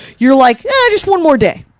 you're like, ah just one more day!